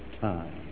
time